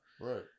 Right